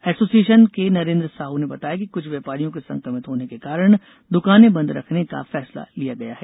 association के नरेंद्र साहू ने बताया कि कृछ व्यापारियों के संकमित होने के कारण दुकाने बंद रखने का फैसला किया गया है